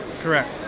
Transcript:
Correct